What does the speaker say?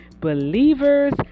Believers